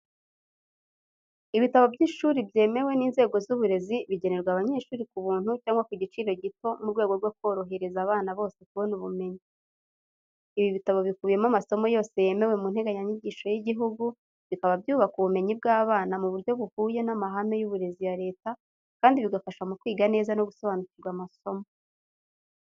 Ibitabo by'ishuri byemewe n'inzego z’uburezi, bigenerwa abanyeshuri ku buntu cyangwa ku giciro gito mu rwego rwo korohereza abana bose kubona ubumenyi. Ibi bitabo bikubiyemo amasomo yose yemewe mu nteganyanyigisho y'igihugu, bikaba byubaka ubumenyi bw'abana mu buryo buhuye n'amahame y'uburezi ya leta kandi bigafasha mu kwiga neza no gusobanukirwa amasomo.